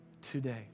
today